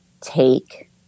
take